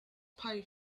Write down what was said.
pay